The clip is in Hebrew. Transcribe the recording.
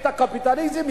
את הקפיטליזם?